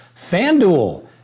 FanDuel